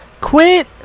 Quit